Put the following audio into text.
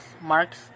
marks